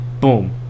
boom